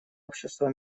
общества